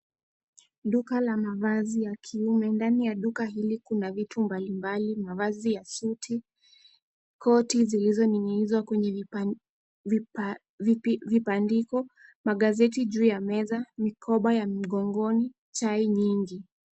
Duka ya mavazi ya kiume ndani ya duka hili kuna vitu mbalimbali mavazi ya suti, koti zilizo ninginizwa kwenye vibandiko, magazeti juu ya meza, mikoba ya mgongoni na chai nyingi.